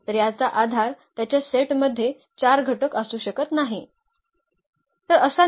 तर याचा आधार त्याच्या सेटमध्ये 4 घटक असू शकत नाही